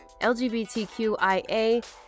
LGBTQIA